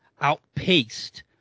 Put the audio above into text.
outpaced